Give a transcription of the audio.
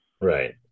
Right